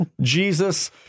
Jesus